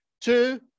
two